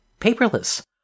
paperless